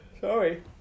Sorry